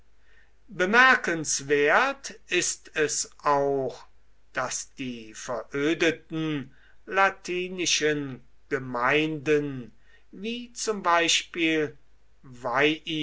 bemerkenswert ist es auch daß die verödeten latinischen gemeinden wie zum beispiel veii